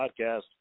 podcast